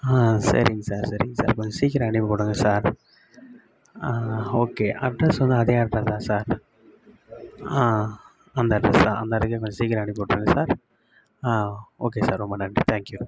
ஆ சரிங் சார் சரிங் சார் கொஞ்சம் சீக்கிரம் அனுப்பி விடுங்க சார் ஓகே அட்ரஸ் வந்து அதே அட்ரஸ் தான் சார் ஆ அந்த அட்ரஸ் தான் அந்த இடத்துக்கே கொஞ்சம் சீக்கிரம் அனுப்பி விட்ருங்க சார் ஆ ஓகே சார் ரொம்ப நன்றி தேங்க்யூ